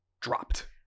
dropped